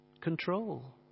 Control